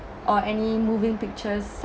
or any moving pictures such